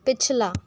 पिछला